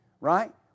right